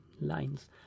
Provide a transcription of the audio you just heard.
lines